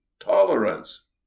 tolerance